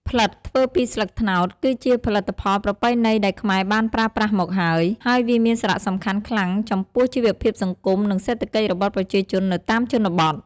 ផ្លិតធ្វើពីស្លឹកត្នោត គឺជាផលិតផលប្រពៃណីដែលខ្មែរបានប្រើប្រាស់មកហើយ ហើយវាមានសារៈសំខាន់ខ្លាំងចំពោះជីវភាពសង្គម និងសេដ្ឋកិច្ចរបស់ប្រជាជននៅតាមជនបទ។